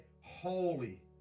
holy